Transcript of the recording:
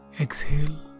Exhale